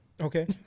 Okay